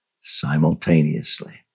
simultaneously